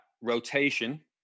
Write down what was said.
rotation